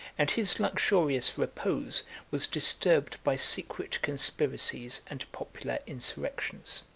and his luxurious repose was disturbed by secret conspiracies and popular insurrections.